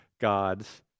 God's